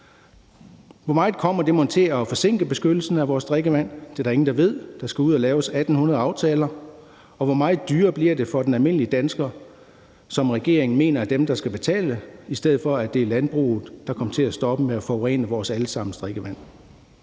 Hvor meget kommer det mon til at forsinke beskyttelsen af vores drikkevand? Det er der ingen der ved. Der skal ud og laves 1.800 aftaler, og hvor meget dyrere bliver det for almindelige danskere, som regeringen mener er dem, der skal betale, i stedet for at det er landbruget, der kommer til at stoppe med at forurene vores alle sammens drikkevand?